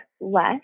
less